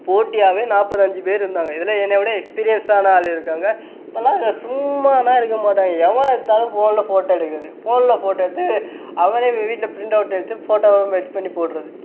போட்டியாகவே நாற்பது அஞ்சு பேர் இருந்தாங்க இதில் என்னை விட எக்ஸ்ப்ரீயன்ஸ் ஆனால் ஆள் இருக்காங்க அப்போலாம் சும்மாலாம் இருக்க மாட்டாங்க எவன் எடுத்தாலும் ஃபோனில் ஃபோட்டோ எடுக்கிறது ஃபோனில் ஃபோட்டோ எடுத்து அவனே வீட்டில் ப்ரிண்ட்அவுட் எடுத்து ஃபோட்டோவாக மெர்ஜ் பண்ணி போடுறது